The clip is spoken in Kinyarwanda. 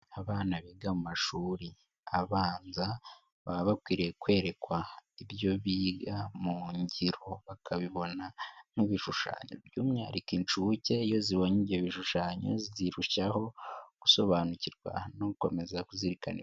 Abana bigamu mashuri abanza baba bakwiriye kwerekwa ibyo biga mu ngiro bakabibona nk'ibishushanyo. By'umwihariko inshuke iyo zibonye ibyo bishushanyo zirushaho gusobanukirwa no gukomeza kuzirikani...